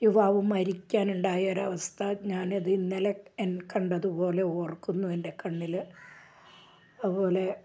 യുവാവ് മരിക്കാനുണ്ടായ ഒരു അവസ്ഥ ഞാനത് ഇന്നലെ എൻ കണ്ടതുപോലെ ഓർക്കുന്നു എൻ്റെ കണ്ണിൽ അതുപോലെ